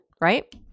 right